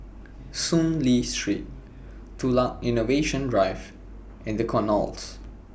Soon Lee Street Tukang Innovation Drive and The Knolls